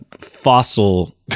fossil